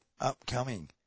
Upcoming